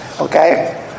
Okay